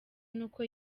n’uko